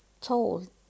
told